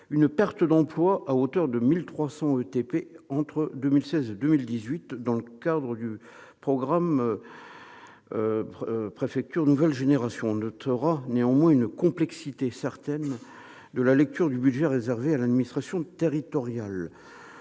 une perte d'emploi à hauteur de 1 300 ETP entre 2016 et 2018, dans le cadre du programme Préfectures nouvelle génération. On notera néanmoins une complexité certaine de la lecture du budget réservé à l'administration territoriale.